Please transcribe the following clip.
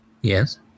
Yes